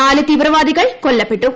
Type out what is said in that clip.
നാല് തീവ്രവാദികൾ കൊല്ലപ്പെട്ടു